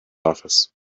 office